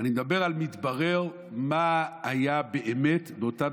אני מדבר על כך שמתברר מה היה באמת באותם